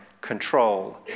control